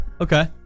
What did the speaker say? Okay